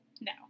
No